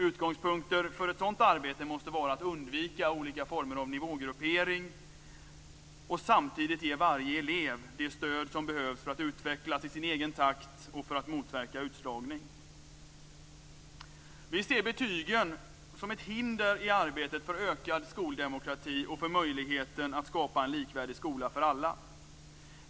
Utgångspunkter för ett sådant arbete måste vara att undvika olika former av nivågruppering och att samtidigt ge varje elev det stöd som behövs för att utvecklas i sin egen takt och för att motverka utslagning. Vi ser betygen som ett hinder i arbetet för ökad skoldemokrati och för möjligheten att skapa en likvärdig skola för alla.